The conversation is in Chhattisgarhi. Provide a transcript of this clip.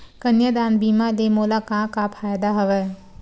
कन्यादान बीमा ले मोला का का फ़ायदा हवय?